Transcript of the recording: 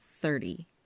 thirty